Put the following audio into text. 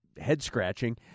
head-scratching